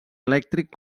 elèctric